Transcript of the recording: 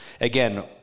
again